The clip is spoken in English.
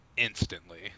Instantly